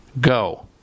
go